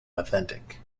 authentic